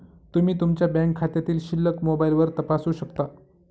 तुम्ही तुमच्या बँक खात्यातील शिल्लक मोबाईलवर तपासू शकता